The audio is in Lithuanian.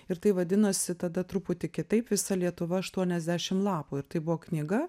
ir tai vadinosi tada truputį kitaip visa lietuva aštuoniasdešim lapų ir tai buvo knyga